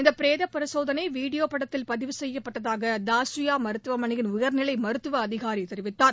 இந்த பிரேத பரிசோதனை வீடியோ படத்தில் பதிவு செய்யப்பட்டதாக தாசுயா மருத்துவனையின் உயர்நிலை மருத்துவ அதிகாரி தெரிவித்தார்